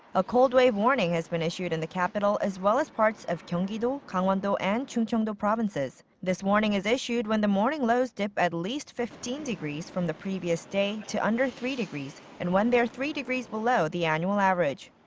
a cold wave warning has been issued in the capital as well as parts of gyeonggi-do, gangwon-do, and chungcheong-do provinces. this warning is issued when the morning lows dip at least fifteen degrees from the previous day to under three degrees, and when they're three degrees below the annual average.